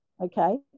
okay